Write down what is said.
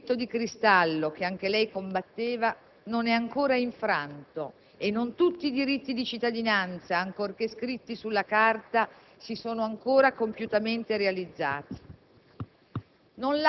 Quel soffitto di cristallo, che anche lei combatteva, non è ancora infranto e non tutti i diritti di cittadinanza, ancorché scritti sulla carta, si sono ancora compiutamente realizzati.